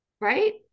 Right